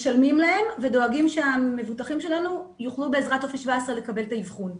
משלמים להם ודואגים שהמבוטחים שלנו יוכלו בעזרת טופס 17 לקבל את האבחון.